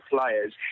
players